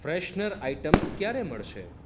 freshener items ક્યારે મળશે